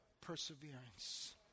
perseverance